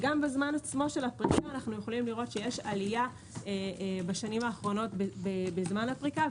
גם בזמן הפריקה יש עלייה בשנים האחרונות בזמן הפריקה,